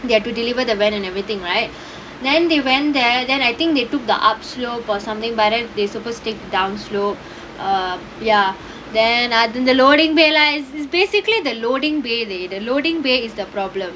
they have to deliver the van and everything right then they went there then I think they took the upper road or something but then they supposed to take down slope err ya then at the loading bay lah basically the loading bay the loading bay is the problem